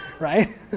right